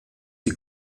die